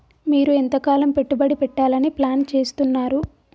మీరు ఎంతకాలం పెట్టుబడి పెట్టాలని ప్లాన్ చేస్తున్నారు?